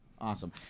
Awesome